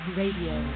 radio